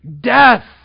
Death